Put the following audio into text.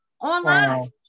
Online